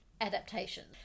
adaptations